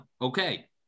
Okay